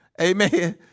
Amen